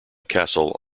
castle